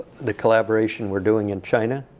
the collaboration we're doing in china.